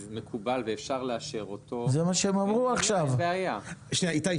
מקובל אז אין בעיה לאשר אותו.